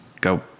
go